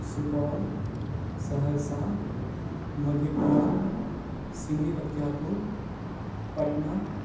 Supaul Saharsa Madhepura Simri Bakhtiyarpur Patna